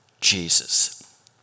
Jesus